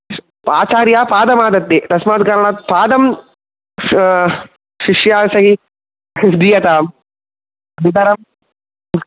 आचार्यात् पादमादत्ते तस्मात् कारणात् पादं शिष्याशै दीयतां नन्तरं